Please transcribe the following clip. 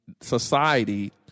society